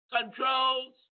controls